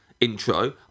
intro